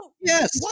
Yes